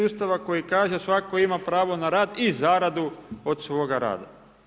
Ustava koji kaže svatko ima pravo na rad i zaradu od svoga rada.